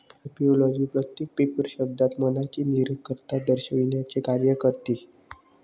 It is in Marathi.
ऍपिओलॉजी प्रत्येक पेपर शब्दात मनाची निरर्थकता दर्शविण्याचे कार्य करते